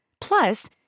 Plus